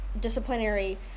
disciplinary